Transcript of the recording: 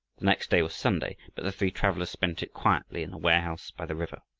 the next day was sunday, but the three travelers spent it quietly in the warehouse by the river,